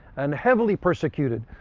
and heavily persecuted,